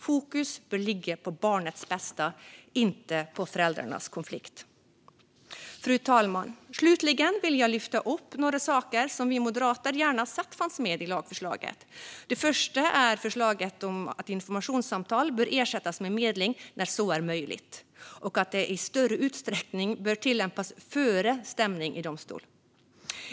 Fokus bör ligga på barnets bästa - inte på föräldrarnas konflikt. Fru talman! Slutligen vill jag lyfta fram några saker som vi moderater gärna hade sett fanns med i lagförslaget. Det första är att informationssamtal bör ersättas med medling när så är möjligt och att det i större utsträckning bör tillämpas före stämning i domstol.